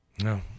No